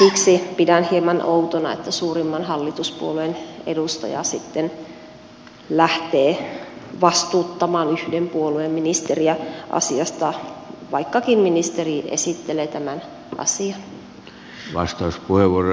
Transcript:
siksi pidän hieman outona että suurimman hallituspuolueen edustaja sitten lähtee vastuuttamaan yhden puolueen ministeriä asiasta vaikkakin ministeri esittelee tämän asian